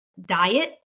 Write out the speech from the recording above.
diet